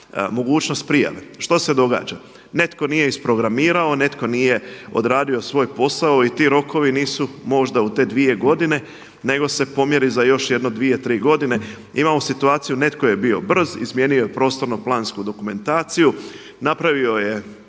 mogućnost prijave. Što se događa? Netko nije isprogramirao, netko nije odradio svoj posao i ti rokovi nisu možda u te dvije godine nego se pomjeri za još jedno 2, 3 godine. Imamo situaciju netko je bio brz, izmijenio je prostorno plansku dokumentaciju, napravio je